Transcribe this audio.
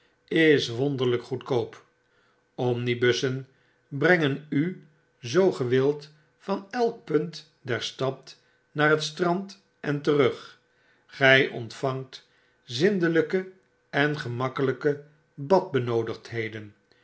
is wonderlyk goedkoop omnibussen brengen u zoo ge wilt van elk pnnt der stad naar het strand en terug gy ontvangt zindelijke en gemakkelyke badbenoodigdheden